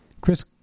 Chris